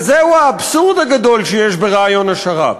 וזהו האבסורד הגדול שיש ברעיון השר"פ.